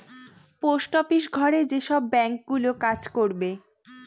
post office ঘরে যেসব bank গুলো কাজ করবে